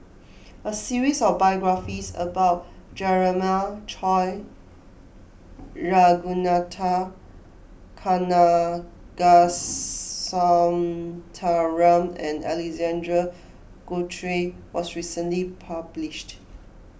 a series of biographies about Jeremiah Choy Ragunathar Kanagasuntheram and Alexander Guthrie was recently published